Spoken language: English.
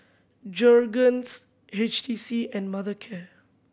Jergens H T C and Mothercare